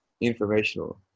informational